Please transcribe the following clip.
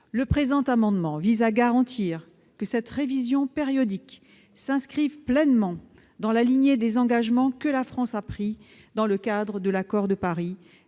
Le présent amendement vise à garantir que cette révision périodique s'inscrive pleinement dans la lignée des engagements que la France a pris dans le cadre de l'accord de Paris,